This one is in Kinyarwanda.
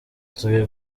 hasigaye